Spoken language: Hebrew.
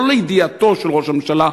לידיעתו של ראש הממשלה?